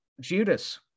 Judas